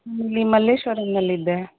ಇಲ್ಲಿ ಮಲ್ಲೇಶ್ವರಂನಲ್ಲಿದ್ದೆ